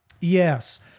Yes